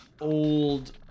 old